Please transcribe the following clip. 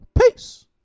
Peace